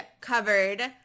covered